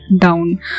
down